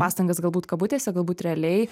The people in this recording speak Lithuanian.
pastangas galbūt kabutėse galbūt realiai